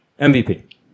MVP